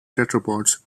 tetrapods